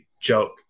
joke